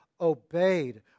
obeyed